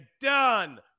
done